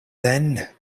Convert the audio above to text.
then